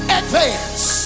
advance